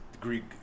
Greek